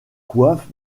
coiffes